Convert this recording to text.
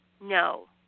no